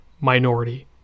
minority